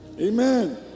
Amen